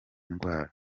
ndwara